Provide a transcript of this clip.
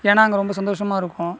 ஏன்னால் அங்கே ரொம்ப சந்தோசமாக இருக்கும்